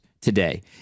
today